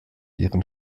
ihren